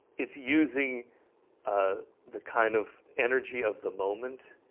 it's using ah the kind of energy of the moment